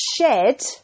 shed